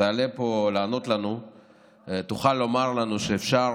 שתעלה פה לענות לנו ותוכל לומר לנו שאפשר